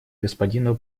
господину